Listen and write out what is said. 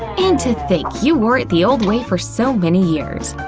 and to think you wore it the old way for so many years!